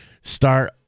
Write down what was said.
Start